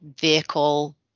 vehicle